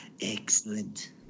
Excellent